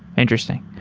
interesting.